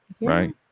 Right